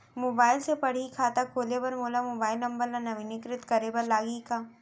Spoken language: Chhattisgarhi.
मोबाइल से पड़ही खाता खोले बर मोला मोबाइल नंबर ल नवीनीकृत करे बर लागही का?